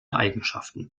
eigenschaften